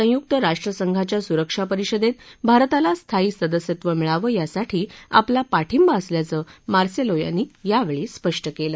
संयुक्त राष्ट्रसंघाच्या सुरक्षा परिषदेत भारताला स्थायी सदस्यत्व मिळावं यासाठी आपला पाठिंबा असल्याचं मार्सेलो यांनी यावेळी स्पष्ट केलं